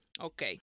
Okay